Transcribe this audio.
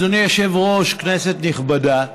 אדוני היושב-ראש, כנסת נכבדה,